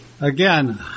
Again